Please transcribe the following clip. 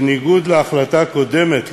בניגוד להחלטה הקודמת,